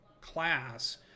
class